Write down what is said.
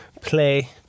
Play